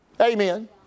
Amen